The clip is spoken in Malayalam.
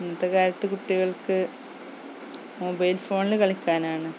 ഇന്നത്തെ കാലത്ത് കുട്ടികൾക്ക് മൊബൈൽ ഫോണിൽ കളിക്കാനാണ്